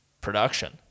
production